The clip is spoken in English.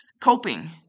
coping